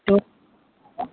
تو